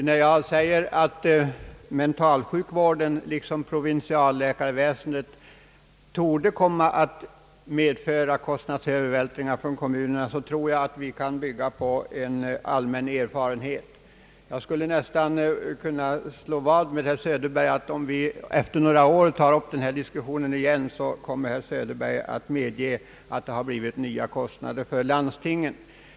När jag säger att mentalsjukvården liksom provinsialläkarväsendet torde komma att medföra en kostnadsövervältring på kommunerna bygger jag på en allmän erfarenhet, Jag skulle nästan kunna slå vad med herr Söderberg om att han, därest vi om några år tar upp den här diskussionen igen, kommer att medge att det har blivit nya kostnader för landstingen.